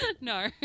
No